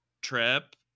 trip